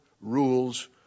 rules